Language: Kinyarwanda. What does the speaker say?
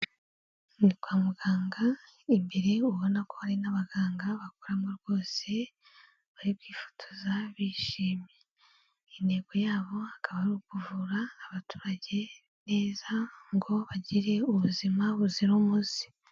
Ni kwa muganga imbere ubona ko hari n'abaganga bakoramo rwose bari kwifotoza bishimiye intego yabo akaba ari ukuvura abaturage neza ngo bagire ubuzima buzira umuze.